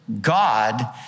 God